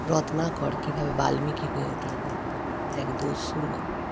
রত্নাকর কীভাবে বাল্মীকি হয়ে ওঠার গল্প এক দস্যুর গল্প